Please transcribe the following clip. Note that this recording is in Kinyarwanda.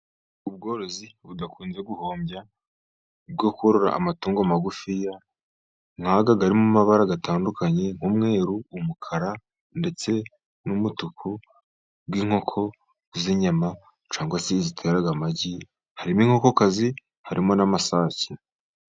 Ubworozi budakunze guhombya bwo kurora amatungo magufi nk'aya arimo amabara atandukanye nk'umweru, umukara ndetse n'umutuku, bw'inkoko z'inyama cyangwa se zitera amagi harimo inkoko kazi, harimo n'amasake.